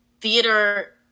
theater